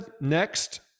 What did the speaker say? next